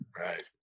right